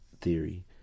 theory